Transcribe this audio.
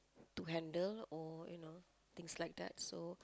to handle or you know things like that so